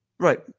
Right